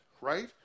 Right